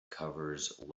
covers